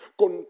con